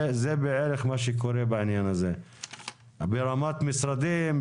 זה בערך מה שקורה בעניין הזה ברמת משרדים,